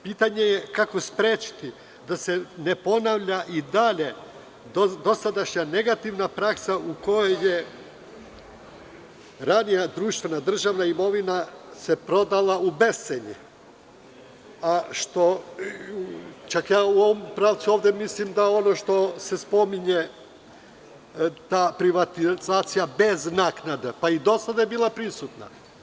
Pitanje je kako sprečiti da se ne ponavlja i dalje dosadašnja negativna praksa u kojoj je ranija društvena i državna imovina se prodala u bescenje, što čak ja u ovom pravcu ovde mislim da ono što se spominje, ta privatizacija bez naknada, pa i do sada je bila prisutna.